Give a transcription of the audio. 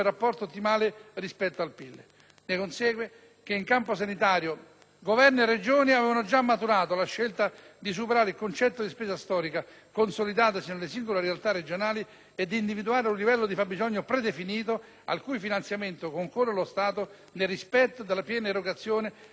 Ne consegue che, in campo sanitario, Governo e Regioni avevano già maturato la scelta di superare il concetto di spesa storica consolidatasi nelle singole realtà regionali e di individuare un livello di fabbisogno predefinito al cui finanziamento concorre lo Stato nel rispetto della piena erogazione dei livelli essenziali di assistenza.